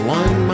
one